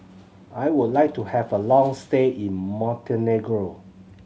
I would like to have a long stay in Montenegro